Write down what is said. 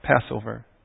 Passover